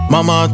Mama